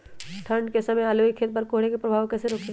ठंढ के समय आलू के खेत पर कोहरे के प्रभाव को कैसे रोके?